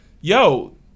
yo